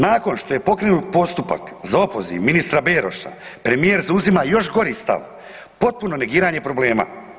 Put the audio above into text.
Nakon što je pokrenut postupak za opoziv ministra Beroša, premijer zauzima još gori stav, potpuno negiranje problema.